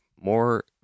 more